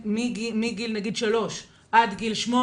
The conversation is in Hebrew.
מגיל 3 עד גיל 8,